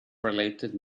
related